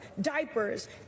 diapers